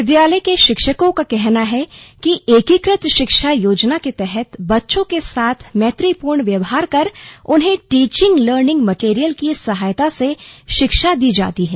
विद्यालय के शिक्षकों का कहना है कि एकीकृत शिक्षा योजना के तहत बच्चों के साथ मैत्रीपूर्ण व्यवहार कर उन्हें टीचिंग लर्निंग मटिरीयल की सहायता से शिक्षा दी जाती है